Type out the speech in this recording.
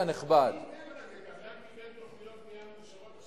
קבלן קיבל תוכניות בנייה מאושרות,